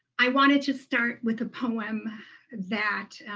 i wanted to start with a poem that.